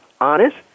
honest